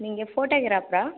நீங்கள் போட்டோகிராஃபரா